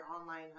online